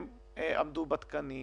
הם עמדו בתקנים,